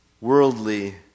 worldly